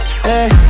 hey